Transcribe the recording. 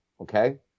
okay